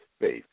faith